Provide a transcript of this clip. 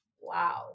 wow